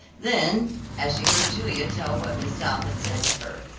then as she heard julia tell what miss south had said to her,